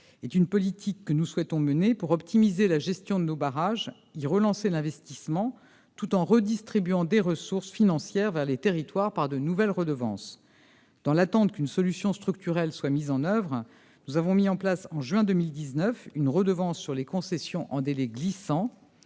est une politique que nous souhaitons mener pour optimiser la gestion de nos barrages et y relancer l'investissement, tout en redistribuant des ressources financières vers les territoires par de nouvelles redevances. En attendant qu'une solution structurelle soit mise en oeuvre, nous avons mis en place en juin 2019 une redevance sur les concessions en délais glissants.